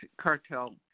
cartel